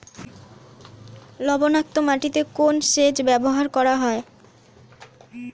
লবণাক্ত মাটিতে কোন সেচ ব্যবহার করা হয়?